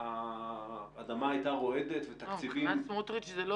האדמה הייתה רועדת ותקציבים היו עוברים.